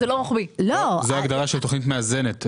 זאת ההגדרה לתוכנית מאזנת,